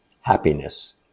happiness